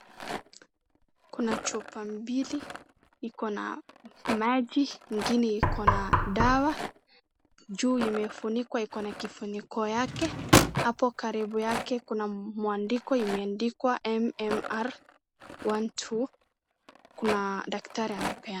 Kuna chupa mbili ikona maji, ingine ikona dawa juu imefunikwa ikona kifuniko yake hapo karibu yake kuna mwandiko imeandikwa MMR one two kuna dakitari anapeana.